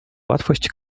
łatwość